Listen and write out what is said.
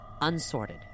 unsorted